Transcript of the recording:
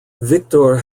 viktor